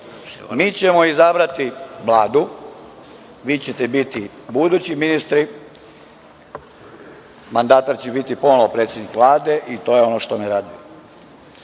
mi ćemo izabrati Vladu, vi ćete biti budući ministri, mandatar će biti ponovo predsednik Vlade i to je ono što me raduje.